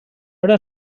eren